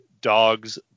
dogs